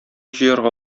җыярга